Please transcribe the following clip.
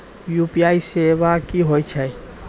UPI सेवा की होय छै?